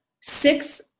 six